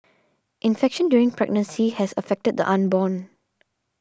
infection during pregnancy has affected the unborn